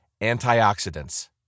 antioxidants